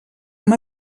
amb